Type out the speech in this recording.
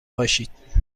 باشید